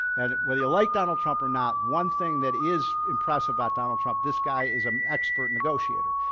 and whether you like donald trump or not, one thing that is impressive about donald trump, this guy is an expert negotiator.